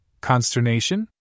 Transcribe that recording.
consternation